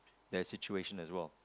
that is situation as well